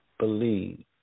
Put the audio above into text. believe